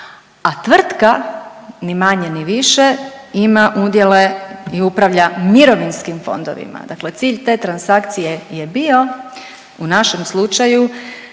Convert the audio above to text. a tvrtka ni manje ni više ima udjele i upravlja mirovinskim fondovima. Dakle, cilj te transakcije je bio u našem slučaju